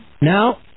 Now